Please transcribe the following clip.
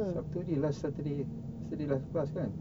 sabtu ni last saturday so dia last class kan